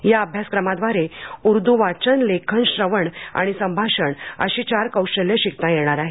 या अभ्यासक्रमाद्वारे उर्दू वाचन लेखन श्रवण आणि संभाषण अशी चार कौशल्यं शिकता येणार आहेत